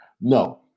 No